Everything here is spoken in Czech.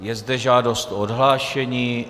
Je zde žádost o odhlášení.